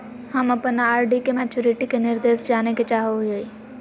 हम अप्पन आर.डी के मैचुरीटी के निर्देश जाने के चाहो हिअइ